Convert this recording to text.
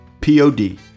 P-O-D